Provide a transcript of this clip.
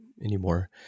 anymore